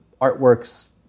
artworks